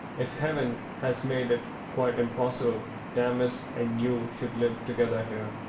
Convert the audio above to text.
if heaven has made it quite impossible damis and you should live together here,